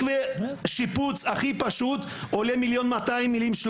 מקווה שיפוץ הכי פשוט עולה 1.200 מיליון,